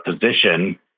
position